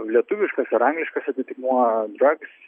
lietuviškas ir angliškas atitikmuo drags